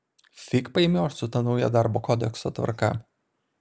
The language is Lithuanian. fig paimioš su ta nauja darbo kodekso tvarka